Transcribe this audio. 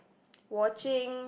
watching